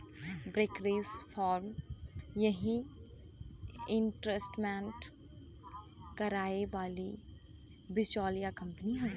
brokerage firm यही investment कराए वाली बिचौलिया कंपनी हउवे